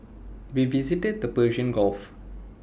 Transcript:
we visited the Persian gulf